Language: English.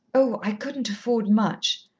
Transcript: oh, i couldn't afford much,